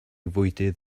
fwydydd